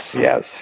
yes